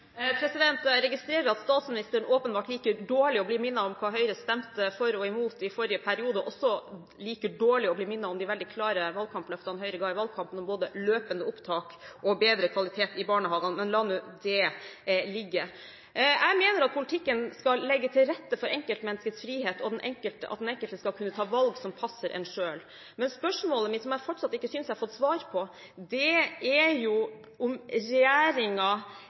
Jeg registrerer at statsministeren åpenbart liker dårlig å bli minnet om hva Høyre stemte for og imot i forrige periode, og også liker dårlig å bli minnet om de veldig klare valgkampløftene Høyre ga i valgkampen om både løpende opptak og bedre kvalitet i barnehagene. Men la nå det ligge. Jeg mener at politikken skal legge til rette for enkeltmenneskets frihet, og at den enkelte skal kunne ta valg som passer en selv. Men spørsmålet mitt, som jeg fortsatt ikke synes jeg har fått svar på, er om